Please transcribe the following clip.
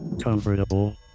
comfortable